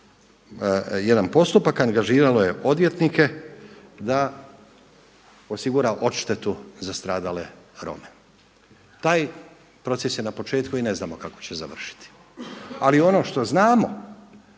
jedan postupak, angažiralo je odvjetnike da osigura odštetu za stradale Rome. Taj proces je na početku i ne znamo kako će završiti. Ali ono što znamo,